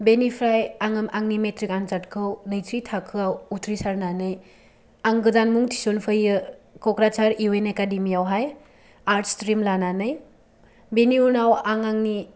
बेनिफ्राय आङो आंनि मेट्रिक आनजादखौ नैथि थाखोआव उथ्रिसारनानै आं गोदान मुं थिसनफैयो कक्राझार इउ एन एकाडेमियावहाय आर्ट्स स्ट्रिम लानानै बेनि उनाव आं आंनि